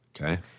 Okay